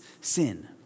sin